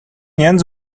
янз